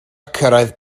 cyrraedd